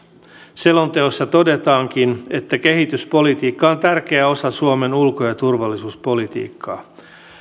selonteossa todetaankin että kehityspolitiikka on tärkeä osa suomen ulko ja turvallisuuspolitiikkaa